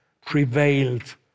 prevailed